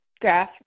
graph